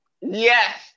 Yes